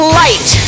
light